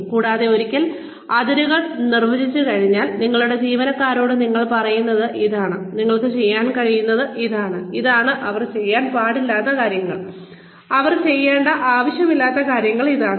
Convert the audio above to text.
കൂടാതെ ഒരിക്കൽ അതിരുകൾ നിർവചിച്ചുകഴിഞ്ഞാൽ നിങ്ങളുടെ ജീവനക്കാരോട് നിങ്ങൾ പറയുന്നത് ഇതാണ് അവർക്ക് ചെയ്യാൻ കഴിയുന്നത് ഇതാണ് ഇതാണ് അവർ ചെയ്യാൻ പാടില്ലാത്ത കാര്യങ്ങൾ അവർ ചെയ്യേണ്ട ആവശ്യമില്ലാത്ത കാര്യങ്ങൾ ഇതാണ്